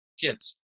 kids